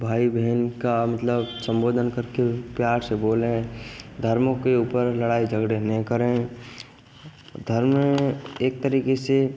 भाई बहन का मतलब संबोधन करते हुए प्यार से बोलें धर्मों के ऊपर लड़ाई झगड़ें नहीं करें धर्म एक तरीक़े से